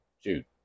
Shoot